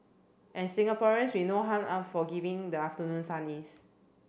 and Singaporeans we know how unforgiving the afternoon sun is